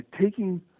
taking